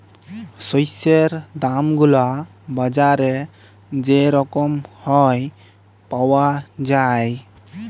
শস্যের দাম গুলা বাজারে যে রকম হ্যয় পাউয়া যায়